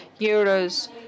euros